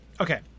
okay